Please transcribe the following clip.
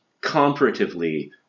comparatively